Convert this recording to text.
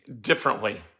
differently